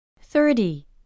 thirty